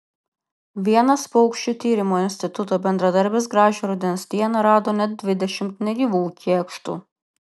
vienas paukščių tyrimo instituto bendradarbis gražią rudens dieną rado net dvidešimt negyvų kėkštų